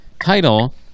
title